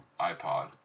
iPod